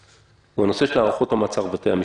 הוא הנושא של הארכות המעצר בבתי המשפט.